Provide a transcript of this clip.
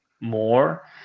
more